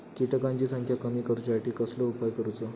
किटकांची संख्या कमी करुच्यासाठी कसलो उपाय करूचो?